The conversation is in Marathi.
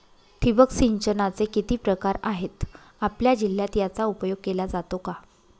ठिबक सिंचनाचे किती प्रकार आहेत? आपल्या जिल्ह्यात याचा उपयोग केला जातो का?